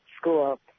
school